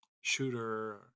shooter